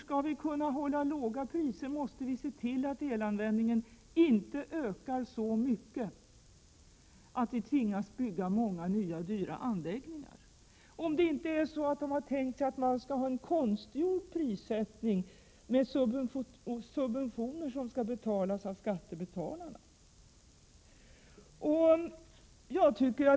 Skall vi kunna hålla låga priser måste vi se till att elanvändningen inte ökar så mycket att vi tvingas bygga många nya dyra anläggningar, om det inte är så att man har tänkt sig en konstgjord prissättning med subventioner som skall betalas av skattebetalarna.